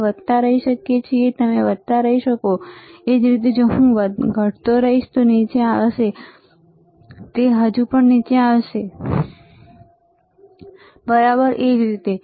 આપણે વધતા રહી શકીએ તમે વધતા રહી શકો એ જ રીતે જો હું ઘટતો રહીશ તો તે નીચે આવશે તે નીચે આવશે તે હજુ પણ નીચે આવશે બરાબર એ જ રીતે